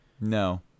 No